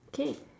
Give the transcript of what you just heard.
K